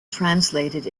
translated